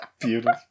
beautiful